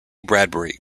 bradbury